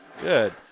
Good